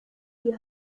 die